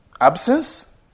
absence